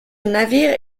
navire